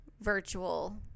virtual